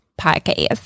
podcast